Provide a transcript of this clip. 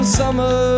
summer